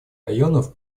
районов